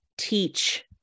teach